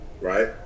Right